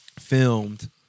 filmed